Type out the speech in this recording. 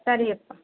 ಸರಿಯಪ್ಪ